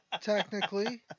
technically